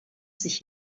sich